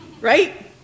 Right